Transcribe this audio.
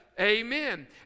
amen